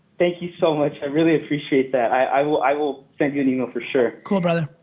thank you so much, i really appreciate that. i will i will send you an email for sure. cool brother.